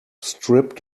strip